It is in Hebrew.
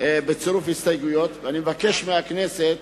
בצירוף הסתייגויות, ואני מבקש מהכנסת